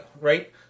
right